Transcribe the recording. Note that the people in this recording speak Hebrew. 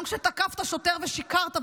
גם כשתקפת שוטר ושיקרת,